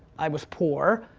i was poor,